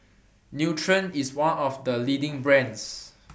Nutren IS one of The leading brands